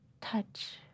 touch